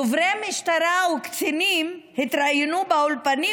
דוברי המשטרה וקצינים התראיינו באולפנים,